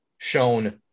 shown